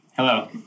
Hello